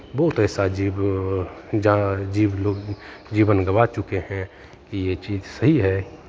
बहुत ऐसा जीव जा जीव लोग भी जीवन गँवा चुके हैं कि ये चीज़ सही है